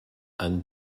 han